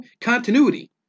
continuity